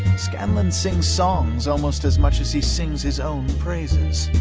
scanlan sings songs almost as much as he sings his own praises.